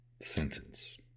sentence